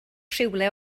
rhywle